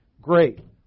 great